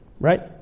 Right